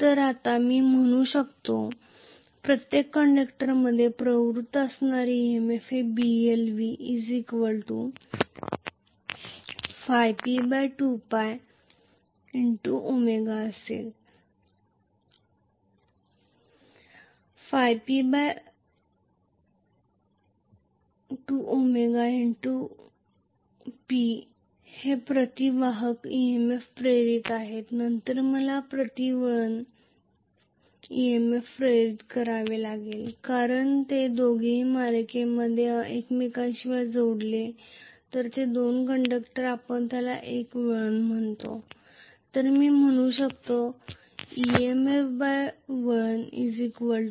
तर आता मी म्हणू शकतो प्रत्येक कंडक्टरमध्ये प्रवृत्त असणारे EMF Blv P 2rl lrω P 2 P 2 हे प्रति वाहक EMF प्रेरित आहेत नंतर मला प्रति वळण EMF प्रेरित करावे लागेल कारण ते दोघेही मालिकेमध्ये एकमेकांशी जोडलेले दोन कंडक्टर आपण त्याला एक वळण म्हणतो